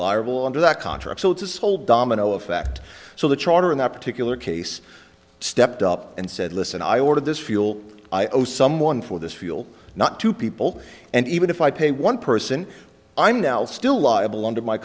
liable under that contract so it's a sole domino effect so the charter in that particular case stepped up and said listen i ordered this fuel i owe someone for this fuel not two people and even if i pay one person i'm now still liable under my